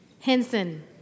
Henson